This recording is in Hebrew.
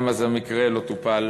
גם אז המקרה לא טופל,